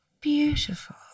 Beautiful